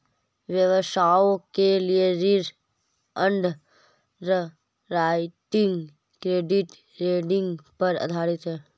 व्यवसायों के लिए ऋण अंडरराइटिंग क्रेडिट रेटिंग पर आधारित है